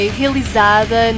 realizada